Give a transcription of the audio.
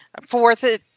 fourth